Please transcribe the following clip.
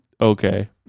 Okay